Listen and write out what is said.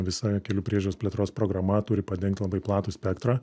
visa kelių priežiūros plėtros programa turi padengt labai platų spektrą